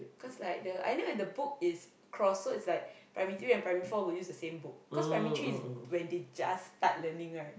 cause like the I know the book is cross so its like primary three and primary four will use the same book cause primary three is when they just start learning right